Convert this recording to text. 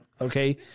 Okay